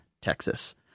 Texas